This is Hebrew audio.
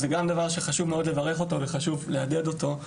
זה גם דבר שחשוב לברך אותו ולעודד אותו.